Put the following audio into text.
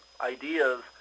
ideas